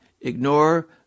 ignore